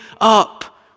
up